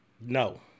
No